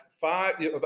five